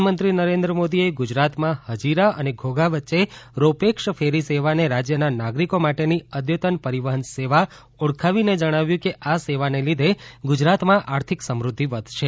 પ્રધાનમંત્રી નરેન્દ્ર મોદીએ ગુજરાતમાં હજીરા અને ધોઘા વચ્ચે રોપેક્ષ ફેરી સેવાને રાજ્યના નાગરિકો માટેની અદ્યતન પરિવહન સેવા ઓળખાવીને જણાવ્યું છે કે આ સેવાને લીધે ગુજરાતમાં આર્થિક સમૃદ્ધિ વધશે